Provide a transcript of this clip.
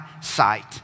Sight